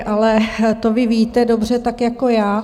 Ale to vy víte dobře tak jako já.